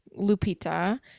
Lupita